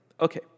Okay